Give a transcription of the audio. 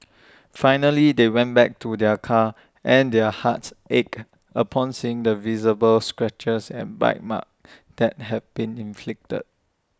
finally they went back to their car and their hearts ached upon seeing the visible scratches and bite marks that had been inflicted